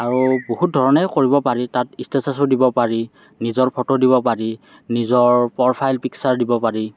আৰু বহুত ধৰণে কৰিব পাৰি তাত ষ্টেটাছো দিব পাৰি নিজৰ ফটো দিব পাৰি নিজৰ প্ৰফাইল পিকচাৰ দিব পাৰি